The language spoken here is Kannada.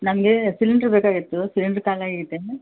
ನನಗೆ ಸಿಲಿಂಡ್ರ್ ಬೇಕಾಗಿತ್ತು ಸಿಲಿಂಡ್ರ್ ಖಾಲಿ ಆಗೈತೆ